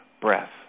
breath